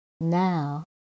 Now